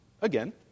again